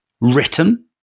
written